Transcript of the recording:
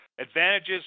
Advantages